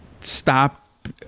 stop